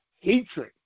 hatred